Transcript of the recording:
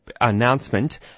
announcement